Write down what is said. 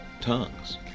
tongues